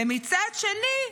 ומצד שני,